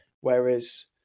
Whereas